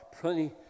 Plenty